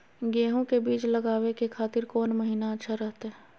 गेहूं के बीज लगावे के खातिर कौन महीना अच्छा रहतय?